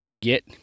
get